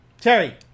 Terry